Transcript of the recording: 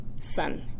sun